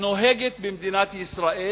הנוהגת במדינת ישראל,